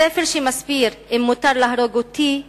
ספר שמסביר אם מותר להרוג אותי,